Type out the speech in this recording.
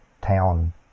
town